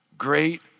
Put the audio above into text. Great